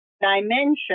dimension